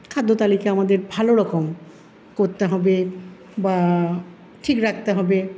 খাদ্যতালিকা আমাদের ভালোরকম করতে হবে বা ঠিক রাখতে হবে